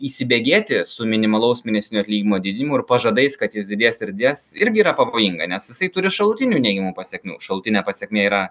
įsibėgėti su minimalaus mėnesinio atlyginimo didinimu ir pažadais kad jis didės ir didės irgi yra pavojinga nes jisai turi šalutinių neigiamų pasekmių šalutinė pasekmė yra